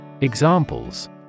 Examples